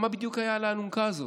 מה בדיוק היה על האלונקה הזאת?